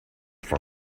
for